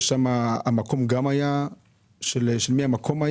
של מי המקום?